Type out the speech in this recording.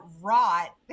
rot